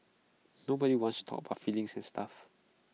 nobody wants talk about feelings and stuff